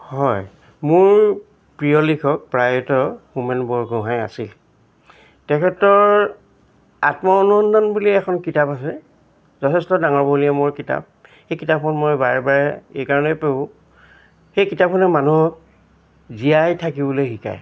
হয় মোৰ প্ৰিয় লিখক প্ৰয়াত হোমেন বৰগোহাঁই আছিল তেখেতৰ আত্ম অনুনন্দন বুলি এখন কিতাপ আছে যথেষ্ট ডাঙৰ বুলিয়ে মোৰ কিতাপ সেই কিতাপখন মই বাৰে বাৰে এইকাৰণেই পঢ়োঁ সেই কিতাপখনে মানুহক জীয়াই থাকিবলৈ শিকায়